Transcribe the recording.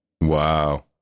wow